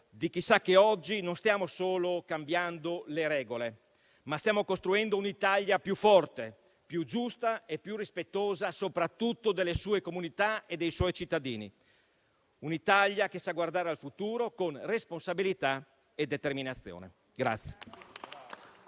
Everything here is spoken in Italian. di chi sa che oggi non stiamo solo cambiando le regole, ma stiamo costruendo un'Italia più forte, più giusta e più rispettosa soprattutto delle sue comunità e dei suoi cittadini; un'Italia che sa guardare al futuro con responsabilità e determinazione.